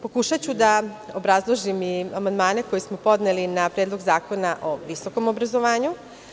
Pokušaću da obrazložim i amandmane koje smo podneli na Predlog zakona o visokom obrazovanju.